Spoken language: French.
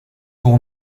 pour